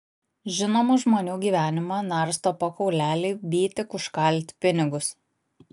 žinomų žmonių gyvenimą narsto po kaulelį by tik užkalti pinigus